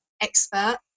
expert